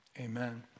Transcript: Amen